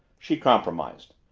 she compromised.